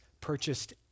purchased